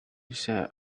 sat